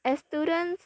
as students